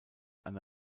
eine